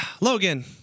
logan